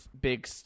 big